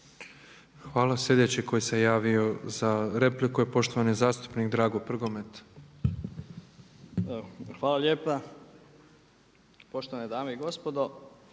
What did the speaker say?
Hvala. Slijedeći koji se javio za repliku je poštovani zastupnik Drago Prgomet. **Prgomet, Drago (HDZ)** Hvala lijepa. Poštovane dame i gospodo